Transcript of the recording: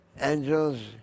angels